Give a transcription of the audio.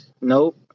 Nope